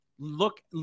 look